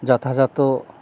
যথাযত